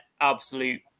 absolute